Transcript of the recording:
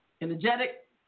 energetic